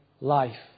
life